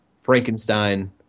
Frankenstein